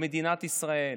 במדינת ישראל.